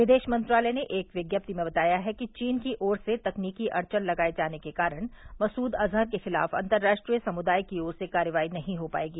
विदेश मंत्रालय ने एक विज्ञप्ति में बताया है चीन की ओर से तकनीकी अड़चन लगाए जाने के कारण मसूद अज़हर के ख़िलाफ़ अंतर्राष्ट्रीय समुदाय की ओर से कार्रवाई नहीं हो पाएगी